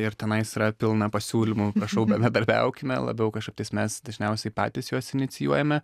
ir tenais yra pilna pasiūlymų prašau bendradarbiaukime labiau kažkaip tais mes dažniausiai patys juos inicijuojame